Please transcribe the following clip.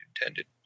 Intended